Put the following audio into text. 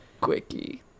quickie